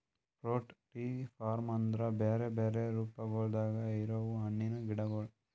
fruit tree form ಅಂದುರ್ ಬ್ಯಾರೆ ಬ್ಯಾರೆ ರೂಪಗೊಳ್ದಾಗ್ ಇರವು ಹಣ್ಣಿನ ಗಿಡಗೊಳ್